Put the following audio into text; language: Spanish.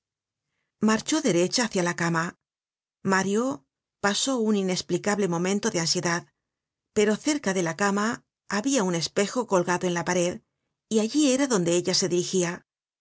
marchó derecha hácia la cama mario pasó un inesplicable momento de ansiedad pero cerca de la cama habia un espejo colgado en la pared y allí era donde ella se dirigia